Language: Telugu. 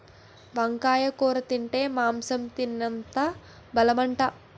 వంకాయ కూర తింటే మాంసం తినేటంత బలమట